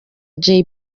jay